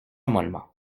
mollement